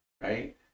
right